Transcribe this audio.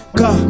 go